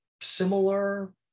similar